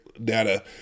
Data